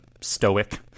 stoic